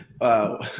Wow